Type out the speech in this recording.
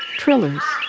trillers,